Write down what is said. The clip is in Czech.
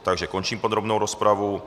Takže končím podrobnou rozpravu.